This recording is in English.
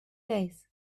days